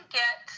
get